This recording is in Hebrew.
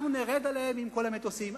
אנחנו נרד עליהם עם כל המטוסים.